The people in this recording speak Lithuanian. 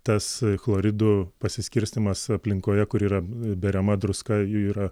tas chloridų pasiskirstymas aplinkoje kur yra beriama druska yra